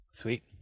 Sweet